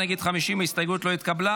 בעד, 37, נגד, 50. ההסתייגות לא נתקבלה.